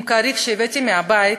עם כריך שהבאתי מהבית,